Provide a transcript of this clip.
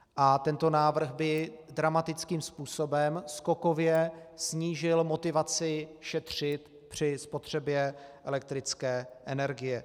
A tento návrh by dramatickým způsobem skokově snížil motivaci šetřit při spotřebě elektrické energie.